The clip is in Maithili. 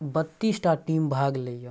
बत्तीसटा टीम भाग लैए